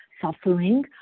suffering